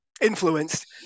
influenced